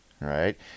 right